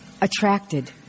attracted